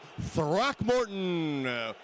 Throckmorton